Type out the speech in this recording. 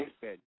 Good